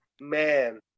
man